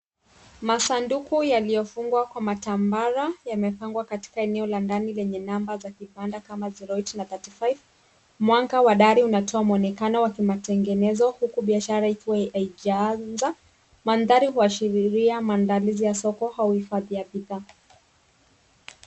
Masanduku yaliyofungwa kwa matambara yamepangwa katika eneo la ndani lenye namba za kibanda kama 08 na 35. Mwanga wa dari unatoa muonekano wa kimatengenezo huku biashara ikiwa haijaanza. Mandhari huashiria maandalizi ya soko au hifadhi ya bidhaa.